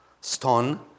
stone